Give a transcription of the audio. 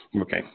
okay